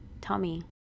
Tommy